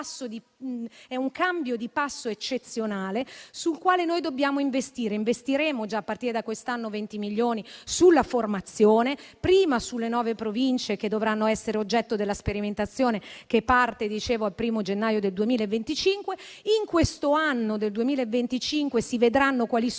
è un cambio di passo eccezionale, sul quale noi dobbiamo investire. Investiremo, già a partire da quest'anno, venti milioni sulla formazione, in primo luogo nelle nuove Province che dovranno essere oggetto della sperimentazione, che parte, dicevo, dal 1° gennaio 2025. Nel corso del 2025 si vedranno quali sono i nodi,